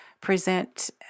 present